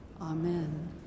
Amen